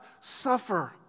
suffer